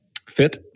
fit